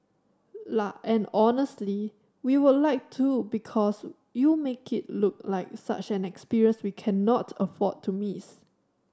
and honestly we would like to because you make it look like such an experience we cannot afford to miss